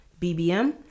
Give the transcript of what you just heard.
BBM